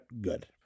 Good